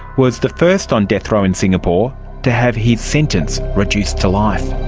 was the first on death row in singapore to have his sentence reduced to life.